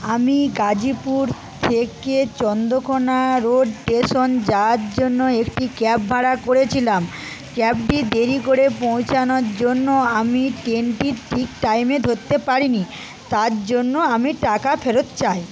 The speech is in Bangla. আমি গাজিপুর থেকে চন্দ্রকোনা রোড স্টেশন যাওয়ার জন্য একটি ক্যাব ভাড়া করেছিলাম ক্যাবটি দেরি করে পৌঁছানোর জন্য আমি ট্রেনটি ঠিক টাইমে ধরতে পারিনি তার জন্য আমি টাকা ফেরত চাই